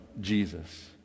jesus